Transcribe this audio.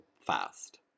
fast